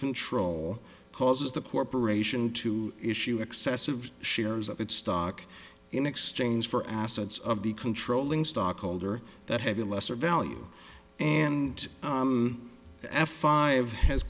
control causes the corporation to issue excessive shares of its stock in exchange for assets of the controlling stock holder that have a lesser value and the f five has